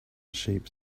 sheep